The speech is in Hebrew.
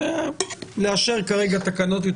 איך כל זה משתלב וכל התקנות?